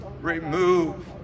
remove